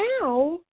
now